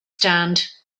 stand